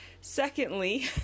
Secondly